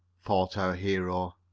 thought our hero.